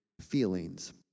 feelings